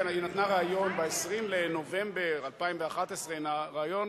היא נתנה ריאיון ב-20 בנובמבר 2011, ריאיון